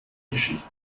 geschichte